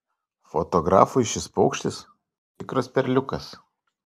fotografui šis paukštis tikras perliukas